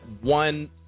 one